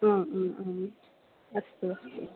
आम् अस्तु अस्तु